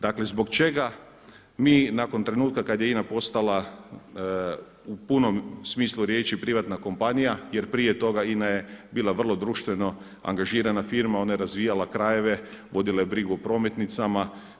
Dakle, zbog čega mi nakon trenutka kad je INA postala u punom smislu privatna kompanija jer prije toga INA je bila vrlo društveno angažirana firma, ona je razvijala krajeve, vodila je brigu o prometnicama.